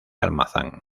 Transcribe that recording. almazán